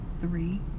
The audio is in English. three